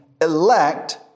elect